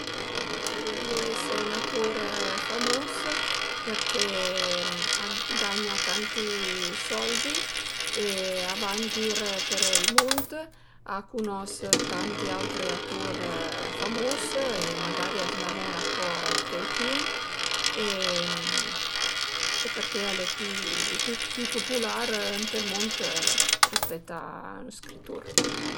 Preferirìu ese 'n'atur famus përché a gagna tanti soldi e a va ën gir për ël mund, a cunos tanti autri atur famus e magari a s'namura co dë cueicün e përché al e pi pupular ënt ël mund rispét a 'n scritur